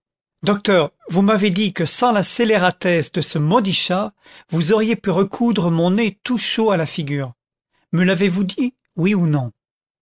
docteur vous m'avez dit que sans la scélératesse de ce maudit chat vous auriez pu recoudre mon nez tout chaud à la figure me l'avez-vous dit oui ou non